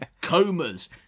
Comas